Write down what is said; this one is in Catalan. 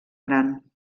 gran